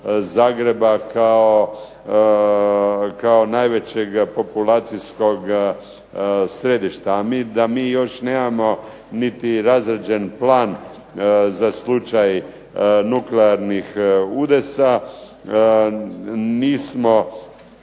Zagreba kao najvećeg populacijskog središta. Da mi još nemamo niti razrađen plan za slučaj nuklearnih udesa, nismo